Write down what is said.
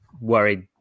worried